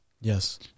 yes